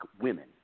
women